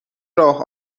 راه